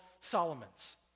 Solomon's